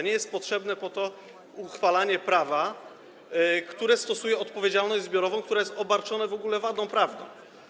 Nie jest potrzebne do tego uchwalanie prawa, które stosuje odpowiedzialność zbiorową, które jest obarczone w ogóle wadą prawną.